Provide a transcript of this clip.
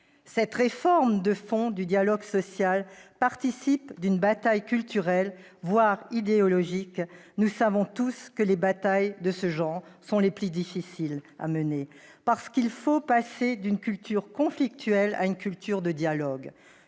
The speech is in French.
Cette réforme de fond du dialogue social participe d'une bataille culturelle, voire idéologique ; nous savons tous que les batailles de ce genre sont les plus difficiles à mener, parce qu'il faut passer d'une culture conflictuelle à une culture du dialogue.